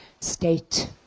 state